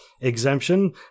exemption